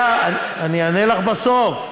חיים, חיים, אני אענה לך בסוף.